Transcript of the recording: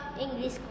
english